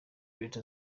leta